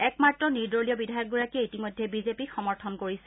একমাত্ৰ নিৰ্দলীয় বিধায়কগৰাকীয়ে ইতিমধ্যে বিজেপিক সমৰ্থন কৰিছে